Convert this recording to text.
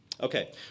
Okay